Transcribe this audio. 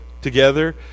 together